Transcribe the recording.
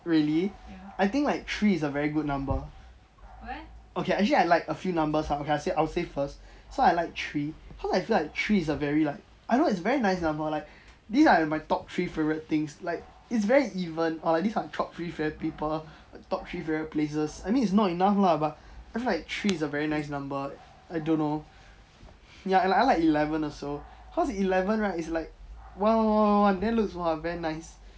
really I think like three is a very good number okay actually I like a few numbers lah I say I will say first so I like three cause I feel like three is a very like I know it's a very nice number like these are my top three favourite things like it's very even or this like top three favourite people top three favourite places I mean it's not enough lah but I feel like three is a very nice number I don't know ya I like eleven also cause eleven right it's like one one one one one then look !wah! very nice